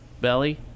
belly